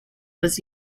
was